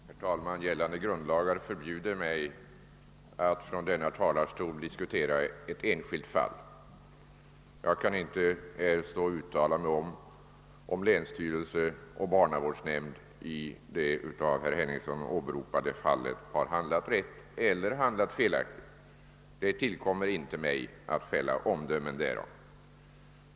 Herr talman! Gällande grundlagar förbjuder mig att från denna talarstol diskutera ett enskilt fall. Jag kan därför inte här uttala mig om huruvida länsstyrelse och barnavårdsnämnd i det av herr Henningsson åberopade fallet har handlat rätt eller fel. Det tillkommer inte mig att fälla några omdömen därom.